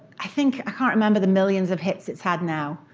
i think, i can't remember the millions of hits it's had now,